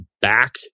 back